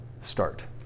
start